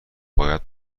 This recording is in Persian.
باید